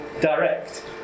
direct